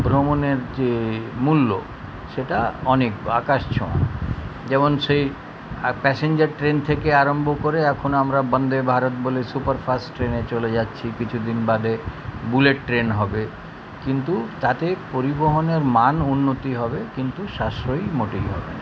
ভ্রমণের যে মূল্য সেটা অনেক আকাশ ছোঁয়া যেমন সেই প্যাসেঞ্জার ট্রেন থেকে আরম্ভ করে এখন আমরা বন্দে ভারত বলে সুপার ফাস্ট ট্রেনে চলে যাচ্ছি কিছু দিন বাদে বুলেট ট্রেন হবে কিন্তু তাতে পরিবহনের মান উন্নতি হবে কিন্তু সাশ্রয়ী মোটেই হবে না